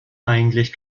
eigentlich